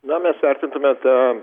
na mes vertintume tą